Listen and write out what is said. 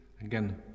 Again